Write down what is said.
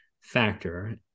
factor